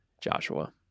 Joshua